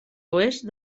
oest